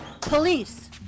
Police